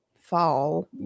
fall